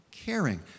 Caring